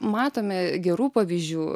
matome gerų pavyzdžių